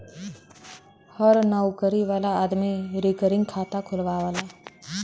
हर नउकरी वाला आदमी रिकरींग खाता खुलवावला